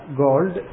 gold